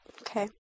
Okay